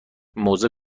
موزه